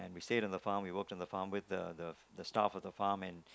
we stayed in the farm we worked on the farm with the the staff on the farm and